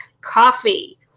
coffee